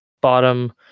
bottom